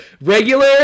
regular